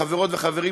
חברות וחברים,